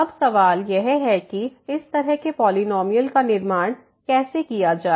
अब सवाल यह है कि इस तरह के पॉलिनॉमियल का निर्माण कैसे किया जाए